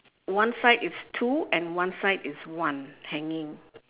one side is two and one side is one hanging